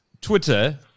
Twitter –